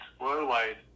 worldwide